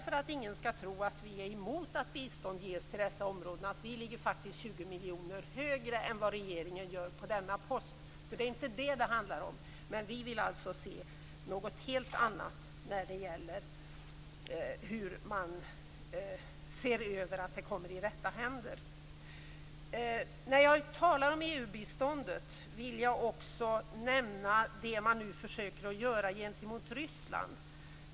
För att ingen skall tro att vi är emot att det ges bistånd till dessa områden vill jag säga att vi faktiskt ligger 20 miljoner högre än vad regeringen gör, så det är inte det som det handlar om. Men vi vill se något helt annat när det gäller hur man skall se över att biståndet kommer i rätta händer. I samband med EU-biståndet vill jag också nämna det som man nu försöker att göra för Ryssland.